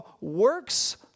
works